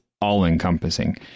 all-encompassing